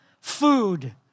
food